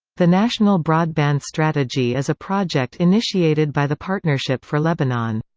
the national broadband strategy is a project initiated by the partnership for lebanon.